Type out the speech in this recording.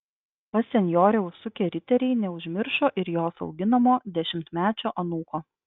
pas senjorę užsukę riteriai neužmiršo ir jos auginamo dešimtmečio anūko